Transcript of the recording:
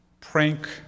prank